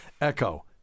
Echo